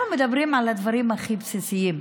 אנחנו מדברים על הדברים הכי בסיסיים.